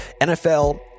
NFL